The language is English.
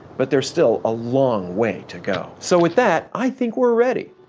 but there's still a long way to go. so, with that, i think we're ready.